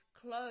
clothes